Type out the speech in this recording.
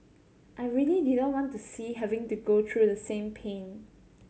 I really did not want to see having to go through the same pain